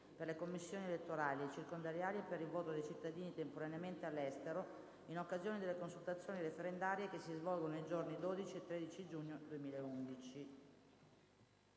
per le commissioni elettorali circondariali e per il voto dei cittadini temporaneamente all'estero in occasione delle consultazioni referendarie che si svolgono nei giorni 12 e 13 giugno 2011»